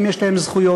אם יש להם זכויות,